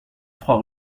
trois